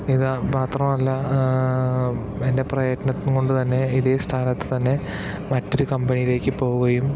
ഇത് മാത്രമല്ല എന്റെ പ്രയത്നം കൊണ്ടു തന്നെ ഇതേ സ്ഥാനത്ത് തന്നെ മറ്റൊരു കമ്പനിയിലേക്ക് പോവുകയും